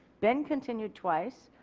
been continued twice.